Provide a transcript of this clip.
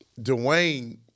Dwayne